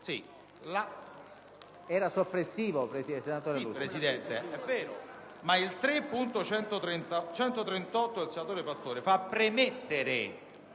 era soppressivo, senatore Lusi.